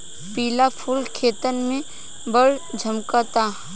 पिला फूल खेतन में बड़ झम्कता